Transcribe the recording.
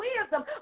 wisdom